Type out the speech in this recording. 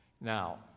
Now